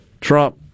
Trump